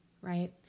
Right